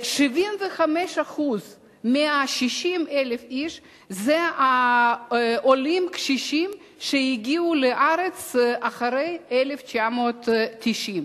75% מ-60,000 האיש הם עולים קשישים שהגיעו לארץ אחרי 1990,